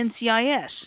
NCIS